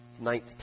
ninth